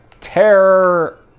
terror